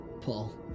Paul